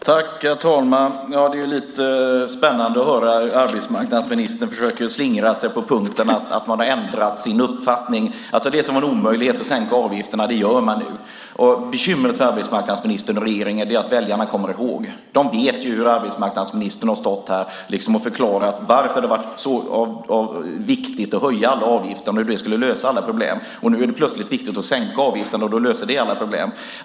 Herr talman! Det är lite spännande att höra hur arbetsmarknadsministern försöker slingra sig på punkten att man har ändrat sin uppfattning. Det som var en omöjlighet, att sänka avgifterna, gör man nu. Bekymret för arbetsmarknadsministern och regeringen är att väljarna kommer ihåg. De vet ju hur arbetsmarknadsministern har stått här och förklarat varför det har varit så viktigt att höja alla avgifter och hur det skulle lösa alla problem. Nu är det plötsligt viktigt att sänka avgiften och då löser det alla problem.